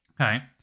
Okay